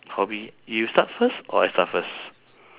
hobby you start first or I start first